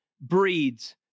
breeds